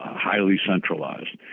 highly centralized,